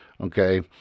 okay